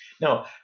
Now